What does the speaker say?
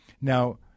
Now